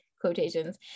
quotations